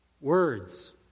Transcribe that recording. words